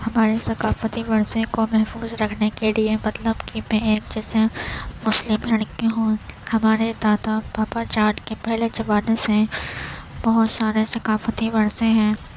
ہمارے ثقافتی ورثے کو محفوظ رکھنے کے لیے مطلب کہ میں ایک جیسے مسلم لڑکی ہوں ہمارے دادا پاپا جاٹ کے پہلے زمانے سے ہیں بہت سارے ثقافتی ورثے ہیں